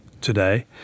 today